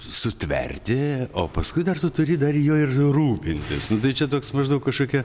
sutverti o paskui dar tu turi dar juo ir rūpintis tai čia toks maždaug kažkokia